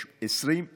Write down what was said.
יש 21 מרחבים,